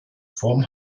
form